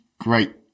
great